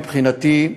מבחינתי,